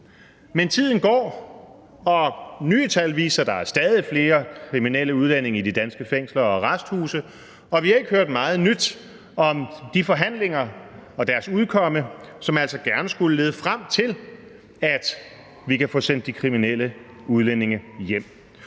Men tiden går, og nye tal viser, at der er stadig flere kriminelle udlændinge i de danske fængsler og arresthuse, og vi har ikke hørt meget nyt om de forhandlinger og deres udkomme, som altså gerne skulle lede frem til, at vi kan få sendt de kriminelle udlændinge hjem.